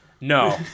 no